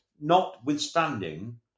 Notwithstanding